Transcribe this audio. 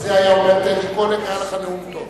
על זה היה אומר טדי קולק, היה לך נאום טוב.